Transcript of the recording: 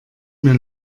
mir